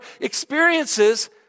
experiences